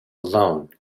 alone